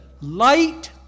light